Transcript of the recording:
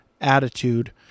attitude